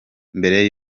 mbere